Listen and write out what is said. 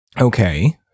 Okay